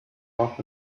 off